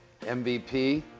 MVP